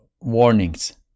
warnings